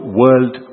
world